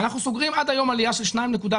אנחנו סוגרים עד היום עלייה במדד של 2.3,